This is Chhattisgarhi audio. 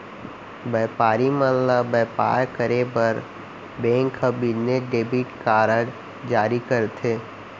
बयपारी मन ल बयपार करे बर बेंक ह बिजनेस डेबिट कारड जारी करथे